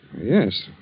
Yes